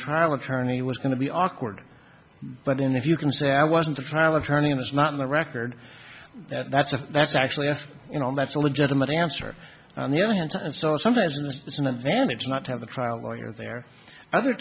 trial attorney was going to be awkward but in the if you can say i wasn't a trial attorney and it's not in the record that's a that's actually you know that's a legitimate answer on the other hand and so sometimes it's an advantage not to have the trial lawyer there other